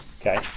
okay